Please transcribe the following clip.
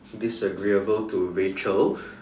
disagreeable to Rachel